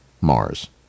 Mars